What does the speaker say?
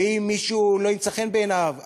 ואם מישהו לא ימצא חן בעיניו,